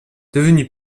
devenu